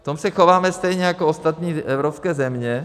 V tom se chováme stejně jako ostatní evropské země.